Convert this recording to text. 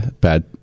bad